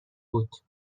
بود